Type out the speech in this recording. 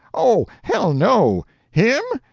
oh, hell, no! him?